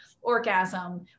orgasm